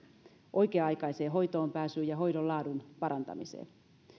oikea aikaiseen hoitoonpääsyyn ja hoidon laadun parantamiseen